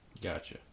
gotcha